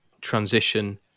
transition